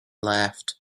left